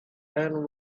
and